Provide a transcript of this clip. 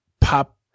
pop